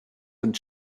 and